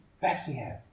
Bethlehem